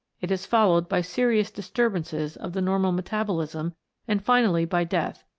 it is followed by serious disturbances of the normal metabolism and finally by death,